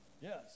Yes